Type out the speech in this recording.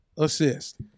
assist